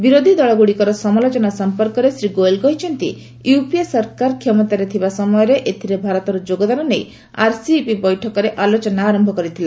ବିରୋଧି ଦଳଗୁଡ଼ିକର ସମାଲୋଚନା ସମ୍ପର୍କରେ ଶ୍ରୀ ଗୋୟଲ୍ କହିଛନ୍ତି ୟୁପିଏ ସରକାର କ୍ଷମତାରେ ଥିବା ସମୟରେ ଏଥିରେ ଭାରତର ଯୋଗଦାନ ନେଇ ଆର୍ସିଇପି ବୈଠକରେ ଆଲୋଚନା ଆରମ୍ଭ କରିଥିଲା